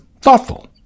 thoughtful